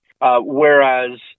Whereas